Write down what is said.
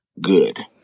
good